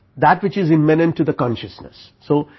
that which is immanent to the consciousness. so,